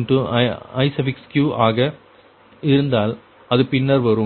NqIq ஆக இருந்தால் அது பின்னர் வரும்